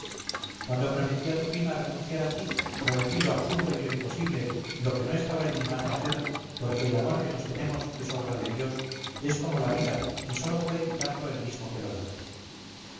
cuando prometí a tu prima renunciar a ti prometí lo absurdo y lo imposible lo que no estaba en mi mano hacer porque el amor que nos tenemos es obra de dios es como la vida y sólo puede quitarlo el mismo que lo da